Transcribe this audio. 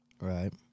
right